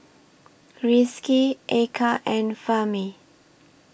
Rizqi Eka and Fahmi